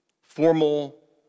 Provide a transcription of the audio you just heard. formal